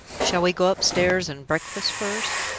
shall we go upstairs and breakfast first?